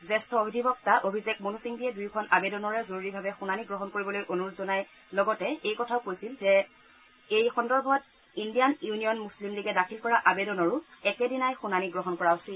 জ্যেষ্ঠ অধিবক্তা অভিষেক মনু সিংভীয়ে দুয়োখন আবেদনৰে জৰুৰীভাৱে শুনানি গ্ৰহণ কৰিবলৈ অনুৰোধ জনাই লগতে এই কথাও কৈছিল যে এই সন্দৰ্ভত ইণ্ডিয়ান ইউনিয়ন মুছলিম লীগে দাখিল কৰা আবেদনৰো একেদিনাই শুনানি গ্ৰহণ কৰা উচিত